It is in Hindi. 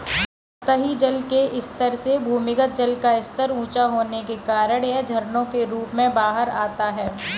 सतही जल के स्तर से भूमिगत जल का स्तर ऊँचा होने के कारण यह झरनों के रूप में बाहर आता है